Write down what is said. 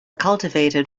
cultivated